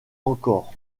encore